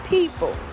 People